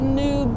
new